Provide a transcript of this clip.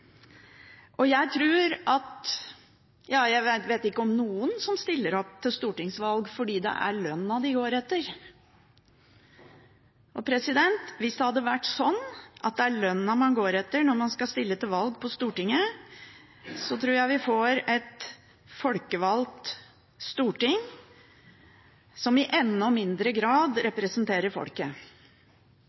Stortinget. Jeg vet ikke om noen som stiller til stortingsvalg fordi det er lønna de går etter. Hvis det hadde vært sånn at det er lønna man går etter når man skal stille til valg på Stortinget, tror jeg vi hadde fått et folkevalgt storting som i enda mindre grad representerer folket.